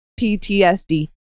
PTSD